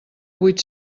vuit